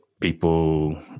people